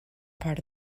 part